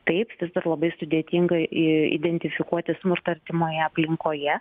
taip vis dar labai sudėtinga į identifikuoti smurtą artimoje aplinkoje